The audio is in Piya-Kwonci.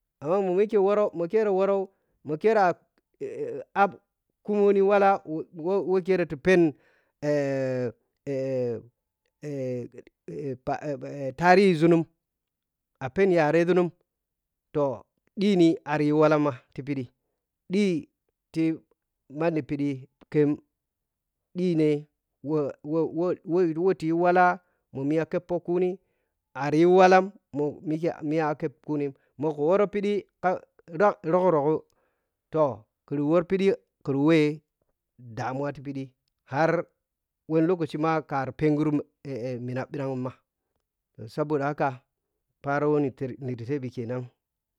Ammanmomike wɔrɔ mo kere wɔrɔ mo kera ahp kummoni walla wo wo kire phen pa tarihi ȝuning a pheni yareȝun toh ɗhini ari yi wallag ma ti phiɗi ɗhiti manni phiɗi khem ɗhine wowowowo tiyi walla mho miya keppoh kuni ari yi walla mo mike mija akepp kuni mo kuwor phiɗi ka ka rugh rugh tooh kiri wor phiɗi kiri wɛ damuwa ti phiɗi har wanni lokacima kar phenghuru mina ɓhrangma saboda haka pharo wɛ nitep niri rekenan